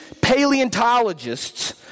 paleontologists